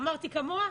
אמרתי כמוה?